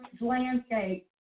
landscape